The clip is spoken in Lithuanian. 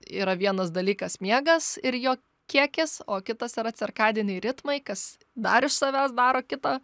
yra vienas dalykas miegas ir jo kiekis o kitas yra cirkadiniai ritmai kas dar iš savęs daro kitą